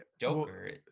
Joker